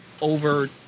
over